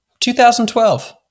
2012